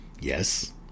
Yes